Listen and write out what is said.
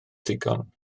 ddigon